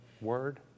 word